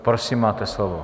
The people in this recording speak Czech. Prosím, máte slovo.